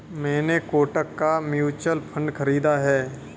मैंने कोटक का mutual fund खरीदा है